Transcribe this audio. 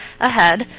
AHEAD